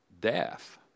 death